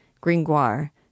Gringoire